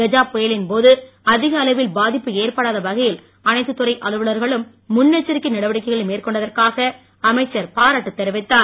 கஜா புயலின் போது அதிக அளவில் பாதிப்பு ஏற்படாத வகையில் அனைத்து துறை அலுவலகர்களும் முன்எச்சரிக்கை நடவடிக்கைகளை மேற்கொண்டதற்காக அமைச்சர் பாராட்டு தெரிவித்தார்